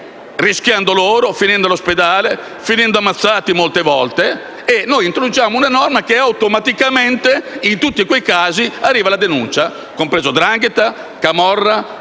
rischiando loro, finendo all'ospedale o ammazzati molte volte. E noi introduciamo una norma che automaticamente, in tutti quei casi, consente una denuncia, comprese 'ndrangheta, camorra